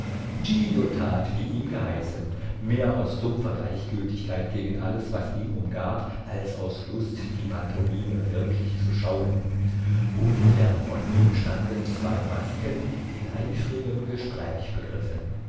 giglio tat wie ihm geheißen mehr aus dumpfer gleichgültigkeit gegen alles was ihn umgab als aus lust die pantomime wirklich zu schauen unfern von ihm standen zwei masken in eifrigem gespräch begriffen